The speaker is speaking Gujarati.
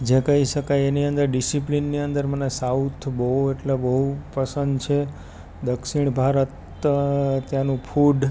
જે કહી શકાય એની અંદર ડિસિપ્લિનની અંદર મને સાઉથ બહુ એટલે બહુ પસંદ છે દક્ષિણ ભારત ત્યાંનું ફૂડ